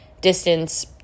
distance